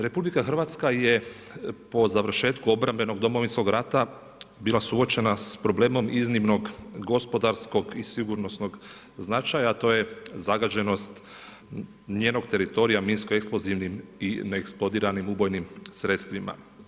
RH je po završetku obrambenog Domovinskog rata bila suočena sa problemom iznimnog gospodarskog i sigurnosnog značaja a to je zagađenost njenog teritorija minsko-eksplozivnim i neeksplodiranim ubojnim sredstvima.